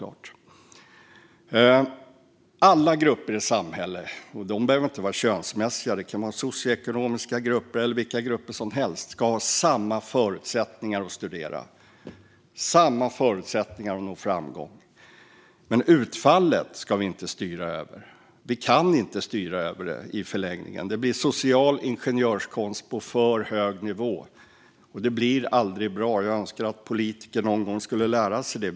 Alla grupper i samhället - de behöver inte vara könsmässiga utan kan vara socioekonomiska grupper eller vilka grupper som helst - ska ha samma förutsättningar att studera och samma förutsättningar att nå framgång. Men utfallet ska vi inte styra över. Vi kan inte styra över det i förlängningen. Det blir social ingenjörskonst på för hög nivå, och det blir aldrig bra. Jag önskar att politiker någon gång skulle lära sig det.